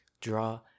draw